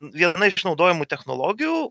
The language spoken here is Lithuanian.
viena iš naudojamų technologijų